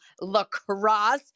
lacrosse